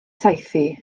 saethu